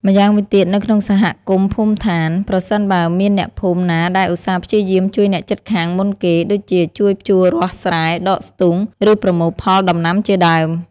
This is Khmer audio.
ម្យ៉ាងវិញទៀត នៅក្នុងសហគមន៍ភូមិដ្ឋាន ប្រសិនបើមានអ្នកភូមិណាដែលឧស្សាហ៍ព្យាយាមជួយអ្នកជិតខាងមុនគេដូចជាជួយភ្ជួររាស់ស្រែ ដកស្ទូង ឬប្រមូលផលដំណាំជាដើម។